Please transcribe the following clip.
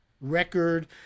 record